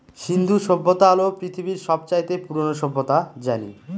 সিন্ধু সভ্যতা হল পৃথিবীর সব চাইতে পুরোনো সভ্যতা জানি